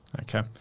Okay